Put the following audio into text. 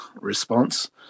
response